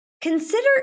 Consider